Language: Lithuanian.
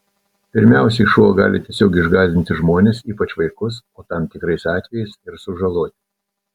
pirmiausiai šuo gali tiesiog išgąsdinti žmones ypač vaikus o tam tikrais atvejais ir sužaloti